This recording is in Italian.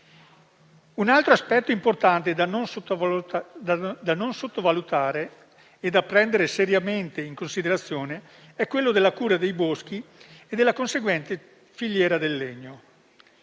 Un altro aspetto importante, da non sottovalutare e da prendere seriamente in considerazione, è quello della cura dei boschi e della conseguente filiera del legno.